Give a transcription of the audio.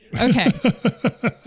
okay